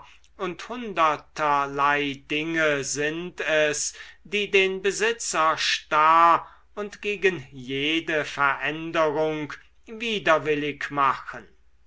und hunderterlei dinge sind es die den besitzer starr und gegen jede veränderung widerwillig machen